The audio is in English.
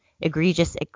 egregious